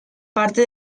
parte